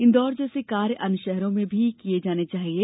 इंदौर जैसे कार्य अन्य शहरों में भी कराये जाना चाहिये